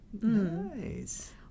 Nice